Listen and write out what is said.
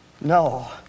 No